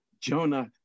Jonah